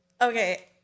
Okay